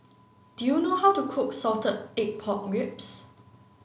do you know how to cook salted egg pork ribs